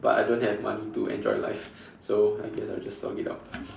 but I don't have money to enjoy life so I guess I will just slog it out